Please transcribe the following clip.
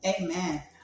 Amen